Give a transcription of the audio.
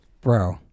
bro